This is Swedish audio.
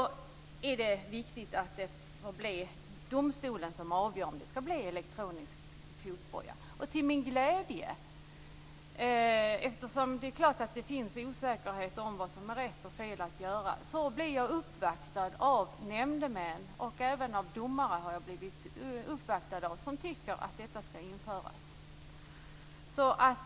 Det är viktigt att det är domstolen som avgör om det skall bli elektronisk fotboja. Det är klart att det finns osäkerhet om vad som är rätt eller fel att göra. Till min glädje har jag blivit uppvaktad av nämndemän och även av domare som tycker att detta skall införas.